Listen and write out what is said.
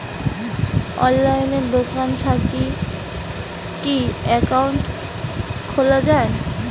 অনলাইনে দোকান থাকি কি একাউন্ট খুলা যায়?